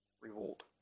revolt